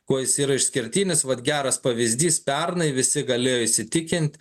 kuo jis yra išskirtinis vat geras pavyzdys pernai visi galėjo įsitikint